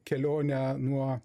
kelionę nuo